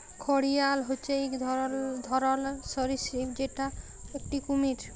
ঘড়িয়াল হচ্যে এক ধরলর সরীসৃপ যেটা একটি কুমির